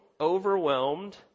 overwhelmed